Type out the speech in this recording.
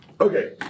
Okay